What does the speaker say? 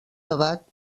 debat